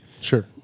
Sure